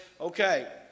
okay